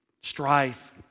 strife